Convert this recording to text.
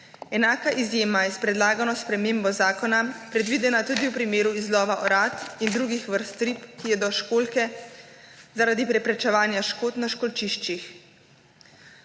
Enaka izjema je s predlagano spremembo zakona predvidena tudi v primeru izlova orad in drugih vrst rib, ki jedo školjke, zaradi preprečevanja škod na školjčiščih.